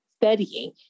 studying